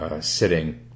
sitting